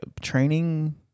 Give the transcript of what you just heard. training